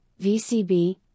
VCB